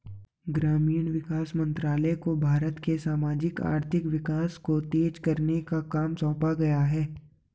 ग्रामीण विकास मंत्रालय को भारत के सामाजिक आर्थिक विकास को तेज करने का काम सौंपा गया है